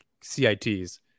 CITs